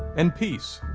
and peace.